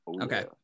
Okay